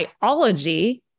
biology